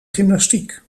gymnastiek